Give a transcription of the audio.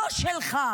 לא שלך,